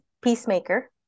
peacemaker